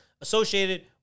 associated